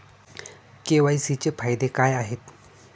KYC चे फायदे काय आहेत?